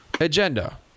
agenda